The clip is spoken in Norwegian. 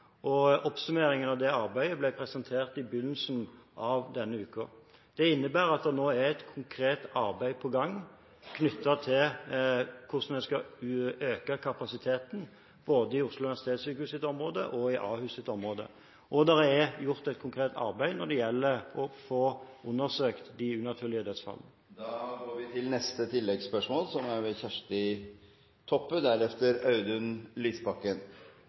og oppsummeringen av det arbeidet ble presentert i begynnelsen av denne uken. Det innebærer at det nå er et konkret arbeid på gang om hvordan vi skal øke kapasiteten både i Oslo universitetssykehus' område og i Ahus' område. Det er gjort et konkret arbeid for å få undersøkt de unaturlige dødsfallene. Kjersti Toppe – til oppfølgingsspørsmål. OUS er eit faktum. Samanslåingsprosessen har ikkje vore bra. Spørsmålet er